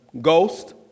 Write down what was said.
Ghost